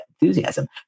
enthusiasm